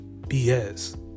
BS